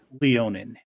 leonin